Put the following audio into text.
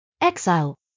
Exile